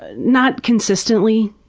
ah not consistently.